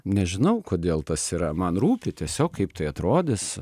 nežinau kodėl tas yra man rūpi tiesiog kaip tai atrodys